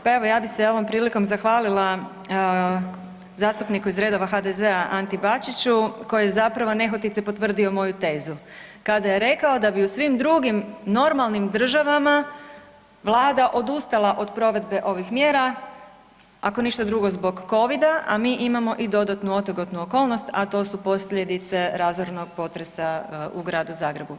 Pa evo ja bih se ovom prilikom zahvalila zastupniku iz redova HDZ-a Anti Bačiću koji je zapravo nehotice potvrdio moju tezu kada je rekao da bi u svim drugim normalnim državama Vlada odustala od provedbe ovih mjera ako ništa drugo zbog COVID-a, a mi imamo i dodatnu otegotnu okolnost, a to su posljedice razornog potresa u Gradu Zagrebu.